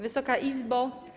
Wysoka Izbo!